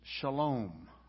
shalom